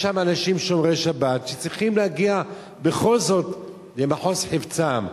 יש שם אנשים שומרי שבת שצריכים להגיע בכל זאת למחוז חפצם.